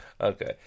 Okay